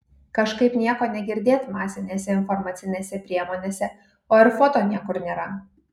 kažkaip nieko negirdėt masinėse informacinėse priemonėse o ir foto niekur nėra